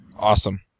Awesome